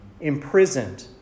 imprisoned